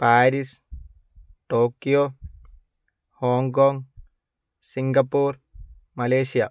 Paris Tokyo Hong Kong Singapore Malaysia